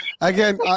again